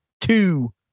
two